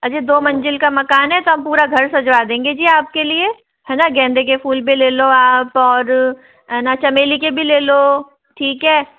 अजी दो मंजिल का मकान है हम तो पूरा घर सजवा देंगे जी आपके लिए है ना गेंदे के फूल भी ले लो आप और है ना चमेली के भी ले लो ठीक है